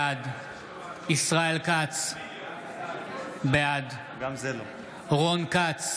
אינו נוכח מיקי לוי,